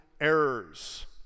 errors